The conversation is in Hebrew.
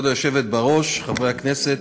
כבוד היושבת בראש, חברי הכנסת,